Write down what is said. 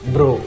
Bro